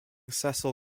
cecil